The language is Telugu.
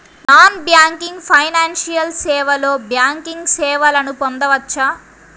నాన్ బ్యాంకింగ్ ఫైనాన్షియల్ సేవలో బ్యాంకింగ్ సేవలను పొందవచ్చా?